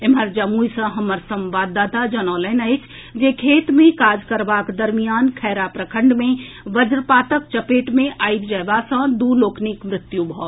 एम्हर जमुई सॅ हमर संवाददाता जनौलनि अछि जे खेत मे काज करबाक दरमियान खैरा प्रखंड मे वज्रपातक चपेट मे आबि जाएबा सॅ दू लोकनिक मृत्यु भऽ गेल